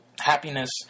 happiness